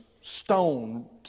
stone